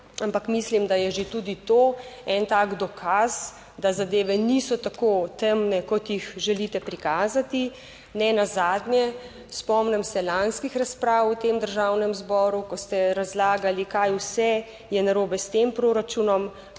ampak mislim, da je že tudi to en tak dokaz, da zadeve niso tako temne kot jih želite prikazati. Nenazadnje spomnim se lanskih razprav v tem Državnem zboru, ko ste razlagali, kaj vse je narobe s tem proračunom